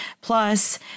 plus